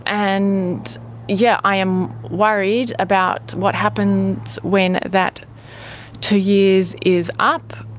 and yeah i'm worried about what happens when that two years is up.